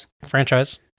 franchise